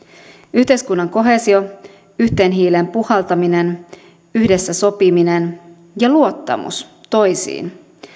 yhteiskunnan koheesio yhteen hiileen puhaltaminen yhdessä sopiminen ja luottamus toisiin